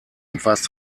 umfasst